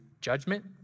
judgment